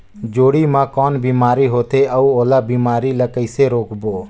जोणी मा कौन बीमारी होथे अउ ओला बीमारी ला कइसे रोकबो?